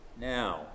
Now